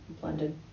blended